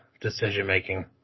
decision-making